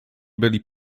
byli